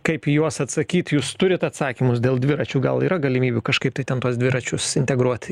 kaip į juos atsakyt jūs turit atsakymus dėl dviračių gal yra galimybių kažkaip tai ten tuos dviračius integruoti